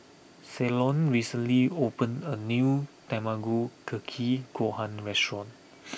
Ceylon recently opened a new Tamago Kake Gohan restaurant